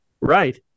Right